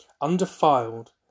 undefiled